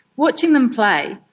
watching them play,